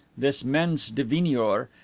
this mens divinior,